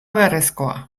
beharrezkoa